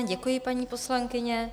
Děkuji, paní poslankyně.